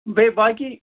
بیٚیہِ باقی